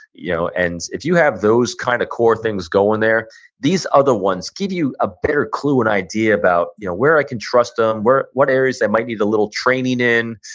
you know? and if you have those kind of core things going there, these other ones give you a better clue and idea about you know where i can trust them, what areas they might need a little training in.